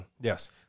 Yes